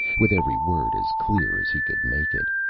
with every word as clear as he could make it.